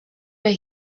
were